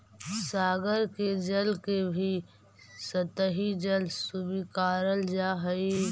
सागर के जल के भी सतही जल स्वीकारल जा हई